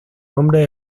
nombre